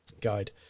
guide